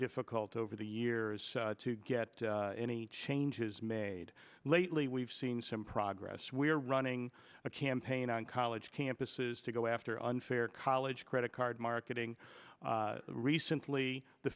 difficult over the years to get any changes made lately we've seen some progress we are running a campaign on college campuses to go after unfair college credit card marketing recently the